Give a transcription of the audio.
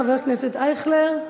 חבר הכנסת אייכלר,